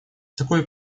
такой